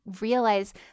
realize